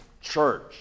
church